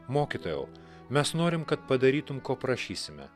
mokytojau mes norim kad padarytum ko prašysime